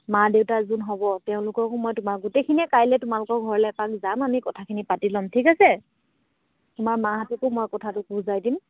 মা দেউতা যোন হ'ব তেওঁলোককো মই তোমাৰ গোটেইখিনে কাইলে তোমালোকৰ ঘৰলৈ এপাক যাম আমি কথাখিনি পাতি ল'ম ঠিক আছে তোমাৰ মাহঁতকো মই কথাটো বুজাই দিম